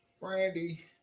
Brandy